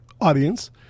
audience